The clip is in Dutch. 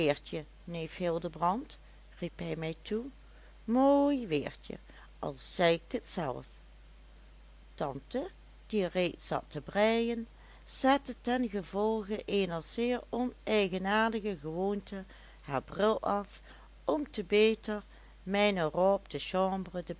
neef hildebrand riep hij mij toe mooi weertje al zeg ik t zelf tante die reeds zat te breien zette tengevolge eener zeer oneigenaardige gewoonte haar bril af om te beter mijne robe de